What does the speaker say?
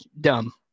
dumb